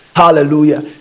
hallelujah